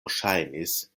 ŝajnis